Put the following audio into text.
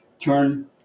Turn